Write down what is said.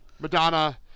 Madonna